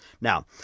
Now